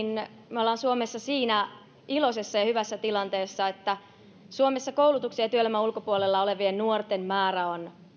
me olemme suomessa siinä iloisessa ja hyvässä tilanteessa että suomessa koulutuksen ja työelämän ulkopuolella olevien nuorten määrä on